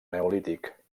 neolític